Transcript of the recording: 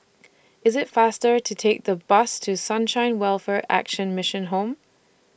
IS IT faster to Take The Bus to Sunshine Welfare Action Mission Home